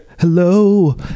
hello